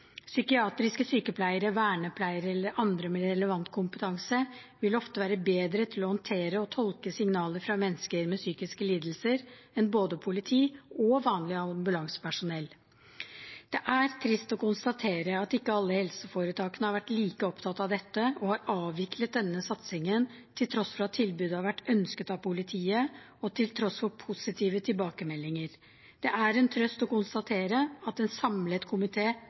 Psykiatriske sykepleiere, vernepleiere eller andre med relevant kompetanse vil ofte være bedre til å håndtere og tolke signaler fra mennesker med psykiske lidelser enn både politi og vanlig ambulansepersonell. Det er trist å konstatere at ikke alle helseforetakene har vært like opptatt av dette og har avviklet denne satsingen, til tross for at tilbudet har vært ønsket av politiet, og til tross for positive tilbakemeldinger. Det er en trøst å konstatere at en samlet